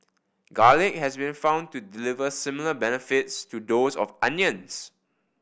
garlic has been found to deliver similar benefits to those of onions